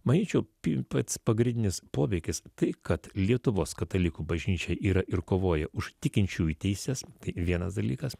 manyčiau pats pagrindinis poveikis tai kad lietuvos katalikų bažnyčia yra ir kovoja už tikinčiųjų teises vienas dalykas